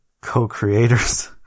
co-creators